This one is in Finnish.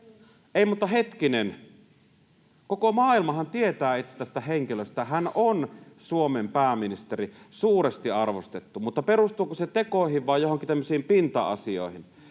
Ei mutta hetkinen, koko maailmahan tietää itse tästä henkilöstä: hän on Suomen pääministeri, suuresti arvostettu. Mutta perustuuko se tekoihin vai joihinkin tämmöisiin pinta-asioihin?